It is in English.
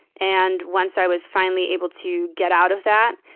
and once i was finally able to get out of that,